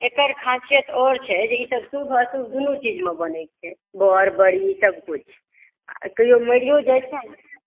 एकर खासियत आओर छै जे ई सभ शुभ अशुभ दुनू चीजमे बनै छै बड़ बड़ी सभकिछु किओ मरियो जाइ छै ने